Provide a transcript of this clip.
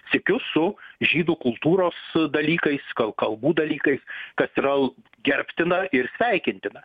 sykiu su žydų kultūros dalykais kal kalbų dalykais kas yral gerbtina ir sveikintina